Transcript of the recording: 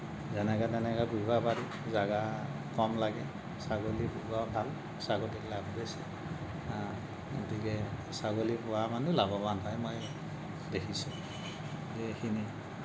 যেনেকে তেনেকে পুহিব পাৰি জগা কম লাগে ছাগলী পোহা ভাল ছাগলীৰ লাভ বেছি হা গতিকে ছাগলী পোহা মানে লাভৱান হয় মই দেখিছোঁ এইখিনি